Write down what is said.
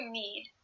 need